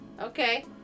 Okay